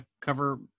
cover